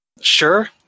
Sure